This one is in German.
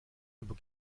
über